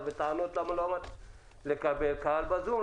המשרדים צריכים לקבל קהל בזום.